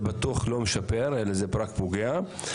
זה בטוח לא משפר אלא זה רק פוגע.